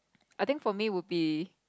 I think for me would be